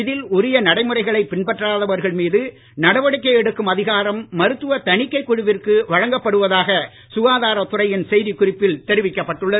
இதில் உரிய நடைமுறைகளை பின்பற்றாவதர்கள் மீது நடவடிக்கை எடுக்கும் அதிகாரம் மருத்துவ தணிக்கைக் குழுவிற்கு வழங்கப்படுவதாக சுகாதாரத் துறையின் செய்திக் குறிப்பில் தெரிவிக்கப்பட்டுள்ளது